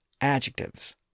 Adjectives